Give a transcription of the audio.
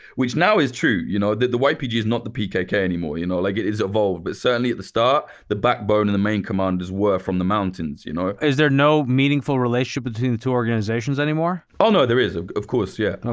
which now is true, you know the the ypg is not the pkk anymore, you know like it is evolved, but certainly at the start, the backbone and the main commanders were from the mountains. you know is there no meaningful relationship between the two organizations anymore? oh no, there is of course, yeah,